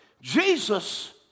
Jesus